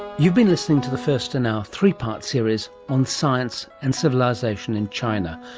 you've been listening to the first in our three part series on science and civilisation in china,